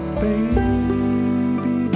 baby